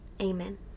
Amen